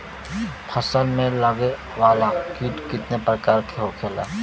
फसल में लगे वाला कीट कितने प्रकार के होखेला?